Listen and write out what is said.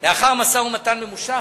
לאחר משא-ומתן ממושך,